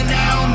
now